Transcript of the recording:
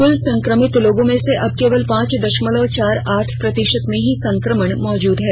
कुल संक्रमित लोगों में से अब केवल पांच दशमलव चार आठ प्रतिशत में ही संक्रमण मौजूद है